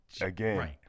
again